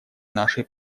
нашей